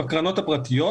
בבעלות,